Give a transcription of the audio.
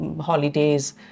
holidays